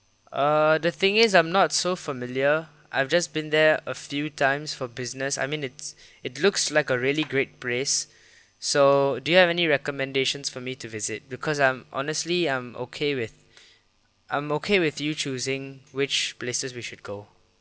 uh the thing is I'm not so familiar I've just been there a few times for business I mean it's it looks like a really great place so do you have any recommendations for me to visit because I'm honestly I'm okay with I'm okay with you choosing which places we should go